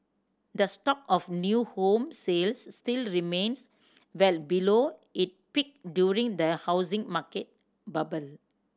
the stock of new home sales still remains well below it peak during the housing market bubble